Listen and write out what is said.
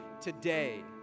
today